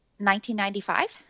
1995